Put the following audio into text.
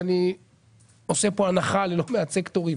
אני עושה פה הנחה ללא מעט סקטורים